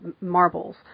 Marbles